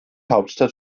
hauptstadt